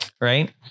Right